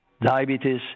diabetes